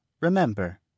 remember